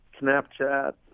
Snapchat